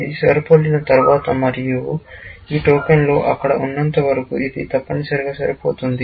ఇది సరిపోలిన తర్వాత మరియు ఈ టోకెన్లు అక్కడ ఉన్నంత వరకు ఇది తప్పనిసరిగా సరిపోతుంది